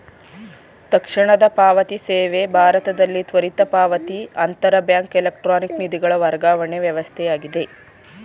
ತಕ್ಷಣದ ಪಾವತಿ ಸೇವೆ ಭಾರತದಲ್ಲಿ ತ್ವರಿತ ಪಾವತಿ ಅಂತರ ಬ್ಯಾಂಕ್ ಎಲೆಕ್ಟ್ರಾನಿಕ್ ನಿಧಿಗಳ ವರ್ಗಾವಣೆ ವ್ಯವಸ್ಥೆಯಾಗಿದೆ